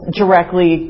directly